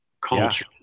culture